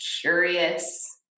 curious